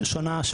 ראשונה,